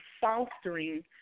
fostering